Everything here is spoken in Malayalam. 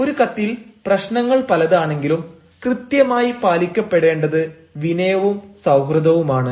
പക്ഷേ ഒരു കത്തിൽ പ്രശ്നങ്ങൾ പലതാണെങ്കിലും കൃത്യമായി പാലിക്കപ്പെടേണ്ടത് വിനയവും സൌഹൃദവുമാണ്